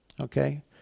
okay